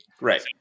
Right